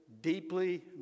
deeply